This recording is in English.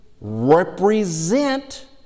represent